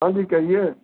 ہاں جی کہیے